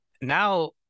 now